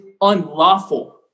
unlawful